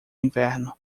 inverno